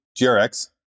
GRX